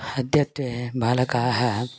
अद्यत्वे बालकाः